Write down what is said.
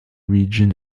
region